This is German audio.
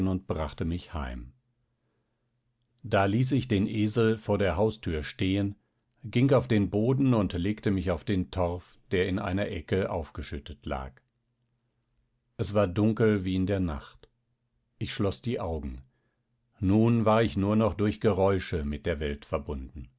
und brachte mich heim da ließ ich den esel vor der haustür stehen ging auf den boden und legte mich auf den torf der in einer ecke aufgeschüttet lag es war dunkel wie in der nacht ich schloß die augen nun war ich nur noch durch geräusche mit der welt verbunden